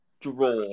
draw